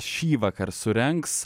šįvakar surengs